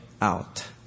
out